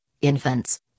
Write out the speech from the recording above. infants